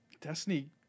Destiny